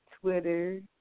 Twitter